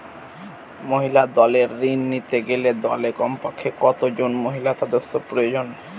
মহিলা দলের ঋণ নিতে গেলে দলে কমপক্ষে কত জন মহিলা সদস্য প্রয়োজন?